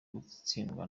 gutsindwa